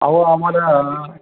अहो आम्हाला